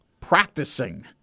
practicing